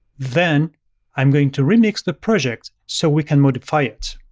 then i'm going to remix the project so we can modify it.